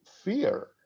fear